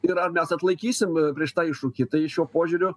ir ar mes atlaikysim prieš tą iššūkį tai šiuo požiūriu